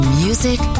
music